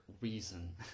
reason